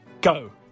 Go